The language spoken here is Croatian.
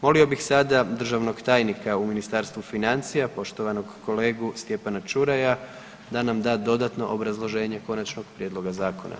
Molio bih sada državnog tajnika u Ministarstvu financija poštovanog kolegu Stjepana Čuraja da nam da dodatno obrazloženje konačnog prijedloga zakona.